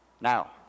Now